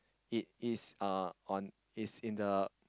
it is uh on is in the